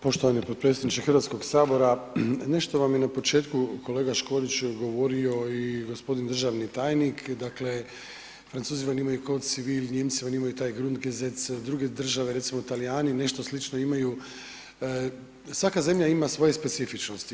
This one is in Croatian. Poštovani potpredsjedniče Hrvatskog sabora nešto vam je na početku kolega Škoriću odgovorio i gospodin državno tajnik, dakle Francuzi vam imaju code civil, Nijemci vam imaju taj grundgesetze, druge države recimo Talijani nešto slično imaju, svaka zemlja ima svoje specifičnosti.